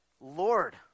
Lord